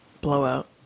blowout